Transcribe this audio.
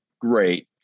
great